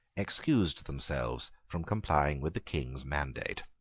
excused themselves from complying with the king's mandate.